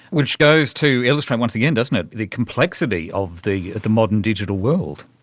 which goes to illustrate once again, doesn't it, the complexity of the the modern digital world.